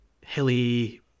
hilly